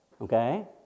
okay